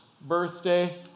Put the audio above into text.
birthday